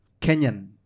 Kenyan